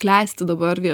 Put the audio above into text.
klesti dabar gi